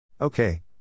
Okay